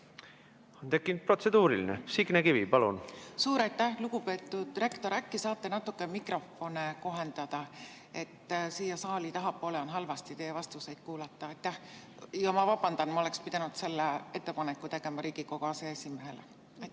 on tekkinud protseduuriline küsimus. Signe Kivi, palun! Suur aitäh! Lugupeetud rektor, äkki saate natukene mikrofone kohendada. Siin saali tagaotsas on halvasti teie vastuseid kuulda. Ja vabandust, ma oleks pidanud selle ettepaneku tegema Riigikogu aseesimehele.